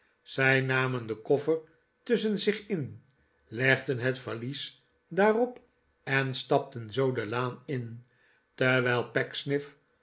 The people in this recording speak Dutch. zij namen den koffer tusschen zich in legden het valies daarbp en stapten zoo de laan in terwijl